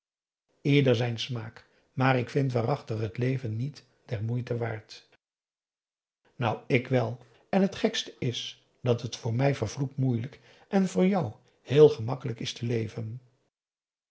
ieder zijn smaak maar ik vind waarachtig het leven niet der moeite waard nou ik wel en het gekste is dat het voor mij vervloekt moeilijk en voor jou heel gemakkelijk is te leven